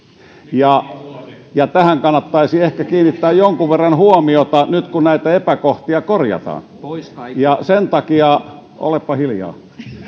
tähän kannattaisi ehkä kiinnittää jonkun verran huomiota nyt kun näitä epäkohtia korjataan ja sen takia olepa hiljaa